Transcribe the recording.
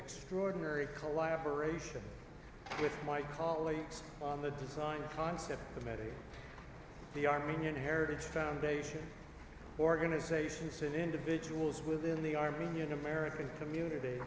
extraordinary collaboration with my colleagues on the design concepts committee the armenian heritage foundation organizations and individuals within the armenian american community